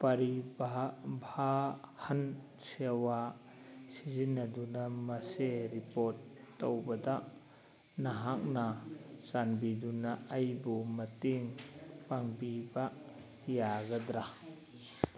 ꯄꯥꯔꯤ ꯄꯥꯍꯥ ꯚꯥꯍꯟ ꯁꯦꯋꯥ ꯁꯤꯖꯤꯟꯅꯗꯨꯅ ꯃꯁꯦ ꯔꯤꯄꯣꯔꯠ ꯇꯧꯕꯗ ꯅꯍꯥꯛꯅ ꯆꯥꯟꯕꯤꯗꯨꯅ ꯑꯩꯕꯨ ꯃꯇꯦꯡ ꯄꯥꯡꯕꯤꯕ ꯌꯥꯒꯗ꯭꯭ꯔꯥ